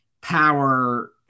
power